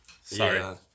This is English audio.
Sorry